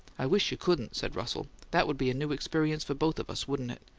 i wish you couldn't, said russell. that would be a new experience for both of us, wouldn't it?